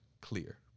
clear